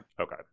Okay